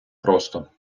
просто